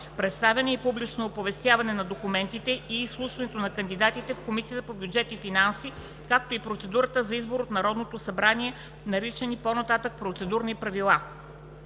представяне и публично оповестяване на документите и изслушването на кандидатите в Комисията по бюджет и финанси, както и процедурата за избор от Народното събрание, наричани по-нататък „Процедурни правила“.